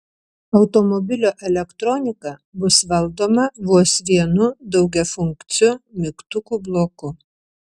automobilio elektronika bus valdoma vos vienu daugiafunkciu mygtukų bloku